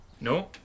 No